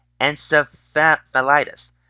encephalitis